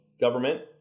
government